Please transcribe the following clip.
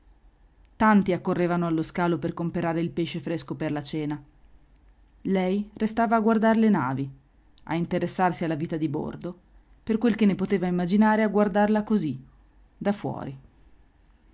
tanti accorrevano allo scalo per comperare il pesce fresco per la cena lei restava a guardar le navi a interessarsi alla vita di bordo per quel che ne poteva immaginare a guardarla così da fuori